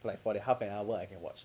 like for the half an hour I can watch